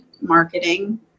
marketing